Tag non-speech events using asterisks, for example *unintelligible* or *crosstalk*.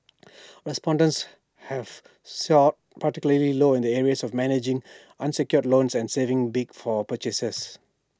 respondents have *unintelligible* particularly low in the areas of managing unsecured loans and saving big for purchases